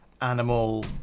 animal